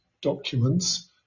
documents